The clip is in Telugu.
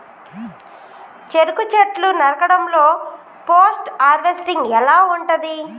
చెరుకు చెట్లు నరకడం లో పోస్ట్ హార్వెస్టింగ్ ఎలా ఉంటది?